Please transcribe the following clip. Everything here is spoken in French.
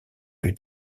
plus